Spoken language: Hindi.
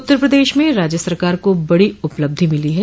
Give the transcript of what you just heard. उत्तर प्रदेश में राज्य सरकार को बडो उपलब्धि मिली है